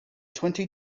twenty